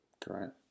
Correct